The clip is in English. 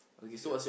yup